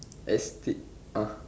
S T uh